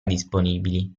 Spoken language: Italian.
disponibili